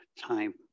time